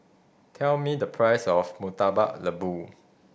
tell me the price of Murtabak Lembu